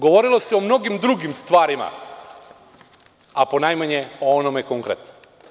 Govorilo se o mnogim drugim stvarima, a ponajmanje o onome konkretnom.